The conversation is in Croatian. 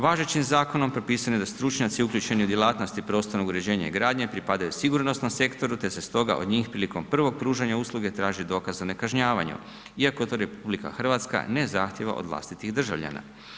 Važećim zakonom propisano je da stručnjaci uključeni u djelatnosti prostornog uređenja i gradnje pripadaju sigurnosnom sektoru, te se stoga od njih prilikom prvog pružanja usluge traži dokaz za nekažnjavanjem iako to RH ne zahtijeva od vlastitih državljana.